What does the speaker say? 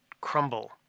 crumble